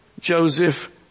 Joseph